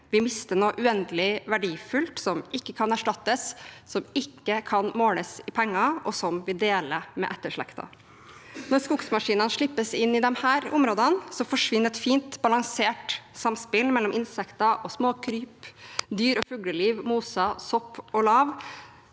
Vi mister noe uendelig verdifullt som ikke kan erstattes, som ikke kan måles i penger, og som vi deler med etterslekten. Når skogsmaskiner slippes inn i disse områdene, forsvinner et fint balansert samspill mellom insekter og småkryp, dyr og